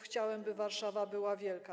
Chciałem, by Warszawa była wielka.